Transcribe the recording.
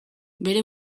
bere